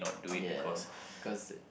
yeah cause